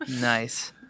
nice